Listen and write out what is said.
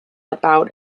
about